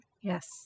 Yes